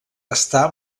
està